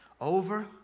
Over